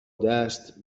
دست